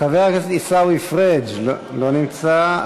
חבר הכנסת עיסאווי פריג' לא נמצא,